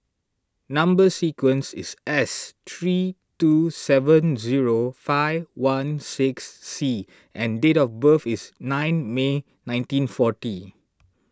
Number Sequence is S three two seven zero five one six C and date of birth is nine May nineteen forty